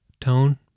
tone